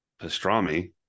pastrami